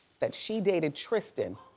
that she dated tristan